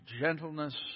gentleness